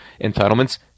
entitlements